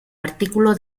artículo